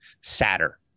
sadder